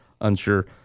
unsure